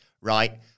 right